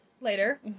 later